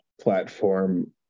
platform